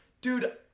dude